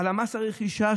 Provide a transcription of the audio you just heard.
מס הרכישה,